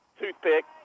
toothpick